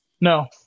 No